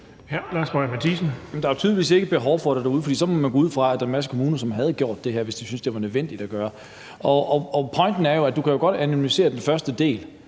Der er tydeligvis ikke behov for det derude, for man må gå ud fra, at der var en masse kommuner, som havde gjort det, hvis de syntes, det var nødvendigt at gøre. Pointen er, at du jo godt kan anonymisere den første del,